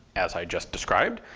as i just described,